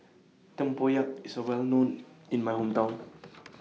Tempoyak IS A Well known in My Hometown